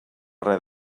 res